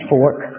Fork